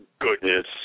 goodness